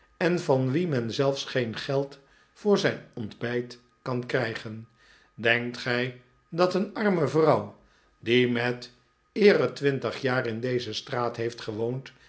en van wien men zelfs ge'en geld voor zijn ontbijt kan krijgen denkt gij dat een arme vrouw die met eere twintig jaar in deze straat heeft gewoond